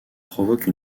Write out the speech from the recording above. provoquent